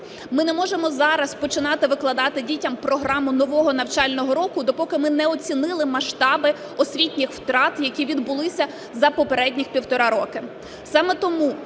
Ми не можемо зараз починати викладати дітям програму нового навчального року, допоки ми не оцінили масштаби освітніх втрат, які відбулися за попередніх півтора роки.